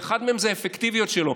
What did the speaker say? ואחד מהם זה האפקטיביות שלו.